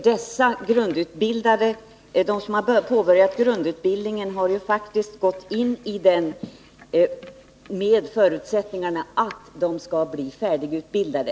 De som nu påbörjat sin grundutbildning har faktiskt gått in i denna med förutsättningen att de skall bli färdigutbildade.